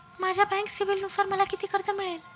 माझ्या बँक सिबिलनुसार मला किती कर्ज मिळेल?